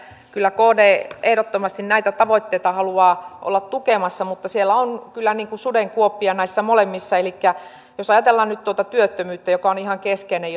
kyllä kd ehdottomasti näitä tavoitteita haluaa olla tukemassa mutta näissä molemmissa on kyllä sudenkuoppia elikkä jos ajatellaan nyt tuota työttömyyttä johon puuttuminen on ihan keskeinen